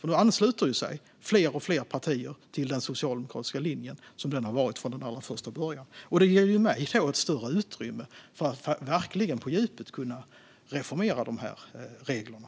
Nu ansluter sig fler och fler partier till den socialdemokratiska linjen som den sett ut från allra första början. Detta ger mig ett större utrymme att verkligen, på djupet, kunna reformera dessa regler.